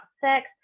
sex